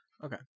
Okay